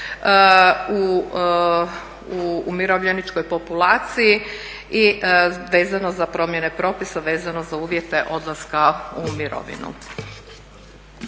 u umirovljeničkoj populaciji vezano za promjene propisa, vezano za uvjete odlaska u mirovinu.